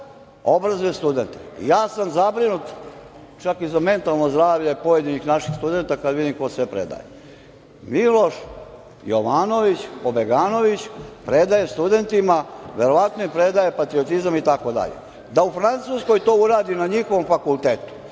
obrazuje studente. Ja sam zabrinut čak i za mentalno zdravlje pojedinih naših studenata kada vidim ko im sve predaje. Miloš Jovanović pobeganović predaje studentima, verovatno im predaje patriotizam itd. Da u Francuskoj to uradi na njihovom fakultetu